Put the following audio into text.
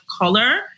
color